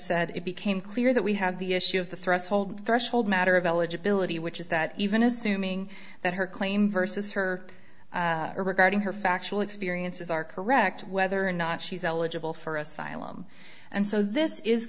said it became unclear that we have the issue of the threshold threshold matter of eligibility which is that even assuming that her claim versus her regarding her factual experiences are correct whether or not she's eligible for asylum and so this is